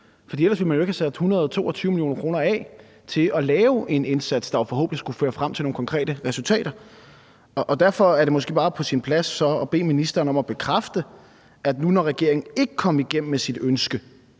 For ellers ville man jo ikke have sat 122 mio. kr. af til at lave en indsats, der jo forhåbentlig skulle føre frem til nogle konkrete resultater. Derfor er det måske så bare på sin plads at bede ministeren om at bekræfte, at det nu, når regeringen ikke kom igennem med sit ønske